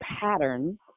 patterns